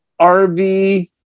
RV